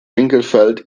winkelfeld